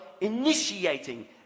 initiating